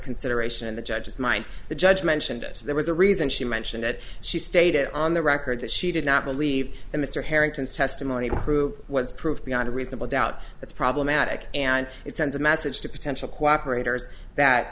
consideration in the judge's mind the judge mentioned it there was a reason she mentioned that she stated on the record that she did not believe that mr harrington's testimony who was proved beyond a reasonable doubt that's problematic and it sends a message to potential cooperate years that